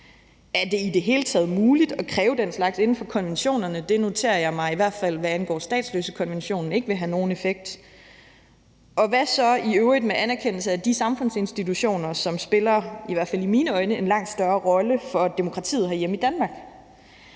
Er det så i det hele taget muligt at kræve den slags inden for konventionerne? Det noterer jeg mig i hvert fald, hvad angår statsløsekonventionen, ikke vil have nogen effekt. Og hvad så i øvrigt med anerkendelse af de samfundsinstitutioner, som spiller, i hvert fald i mine øjne, en langt større rolle for demokratiet herhjemme i Danmark?